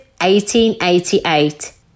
1888